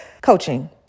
Coaching